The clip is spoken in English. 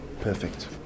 Perfect